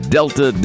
Delta